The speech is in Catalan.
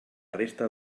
resta